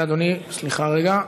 רגע, אדוני, סליחה רגע.